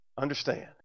understand